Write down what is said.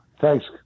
Thanks